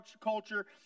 culture